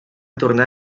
tornar